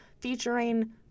featuring